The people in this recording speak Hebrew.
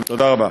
תודה רבה.